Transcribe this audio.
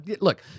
look